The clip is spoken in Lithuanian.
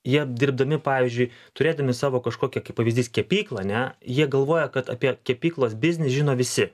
jie dirbdami pavyzdžiui turėdami savo kažkokį kaip pavyzdys kepyklą ne jie galvoja kad apie kepyklos biznį žino visi